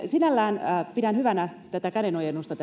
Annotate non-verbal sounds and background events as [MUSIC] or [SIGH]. sinällään pidän hyvänä tätä lisätalousarvioesityksen kädenojennusta [UNINTELLIGIBLE]